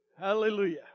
Hallelujah